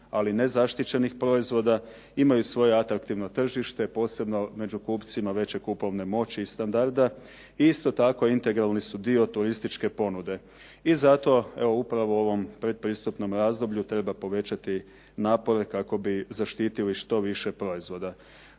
ali nezaštićenih proizvoda, imaju svoje atraktivno tržište, posebno među kupcima veće kupovne moći i standarda i isto tako integralni su dio turističke ponude. I zato evo upravo u ovom pretpristupnom razdoblju treba povećati napore kako bi zaštitili što više proizvoda.